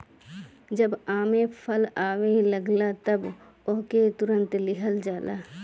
जब एमे फल आवे लागेला तअ ओके तुड़ लिहल जाला